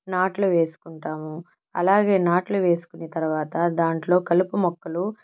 నాట్లు వేసుకుంటాము అలాగే నాట్లు వేసుకొని తరువాత దాంట్లో కలుపుమొక్కలు